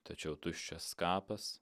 tačiau tuščias kapas